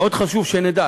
ועוד חשוב שנדע,